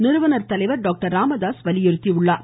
நிறுவனர் தலைவர் டாக்டர் ராமதாஸ் வலியுறுத்தியுள்ளார்